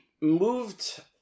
moved